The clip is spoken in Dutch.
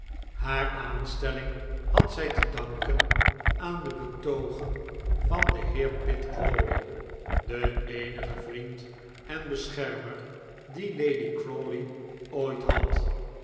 haar aanstelling had zij te danken aan de betoogen van den heer pitt crawley den eenigen vriend en beschermer dien lady crawley ooit had